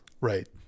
right